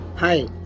hi